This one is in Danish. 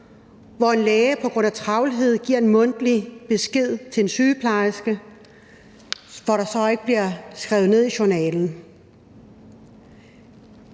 hvor en læge på grund af travlhed giver en mundtlig besked til en sygeplejerske, som så ikke bliver skrevet ned i journalen.